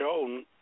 shown